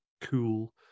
cool